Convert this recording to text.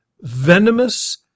venomous